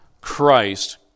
Christ